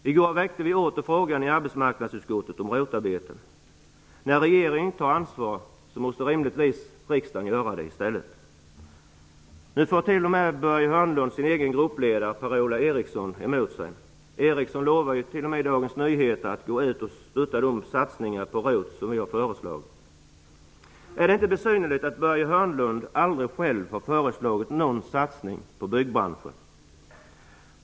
I går väckte vi åter frågan om ROT-arbeten i arbetsmarknadsutskottet. När regeringen inte tar ansvar måste rimligtvis riksdagen göra det i stället. Nu får Börje Hörnlund t.o.m. sin egen gruppledare Per-Ola Eriksson emot sig. I Dagens Nyheter lovar t.o.m. Per-Ola Eriksson att stödja de ROT satsningar som vi socialdemokrater har föreslagit. Är det inte besynnerligt att Börje Hörnlund aldrig själv föreslagit någon satsning på byggbranschen?